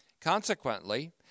Consequently